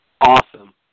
Awesome